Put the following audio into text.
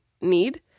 need